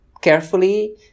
carefully